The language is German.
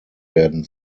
werden